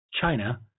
China